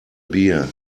bear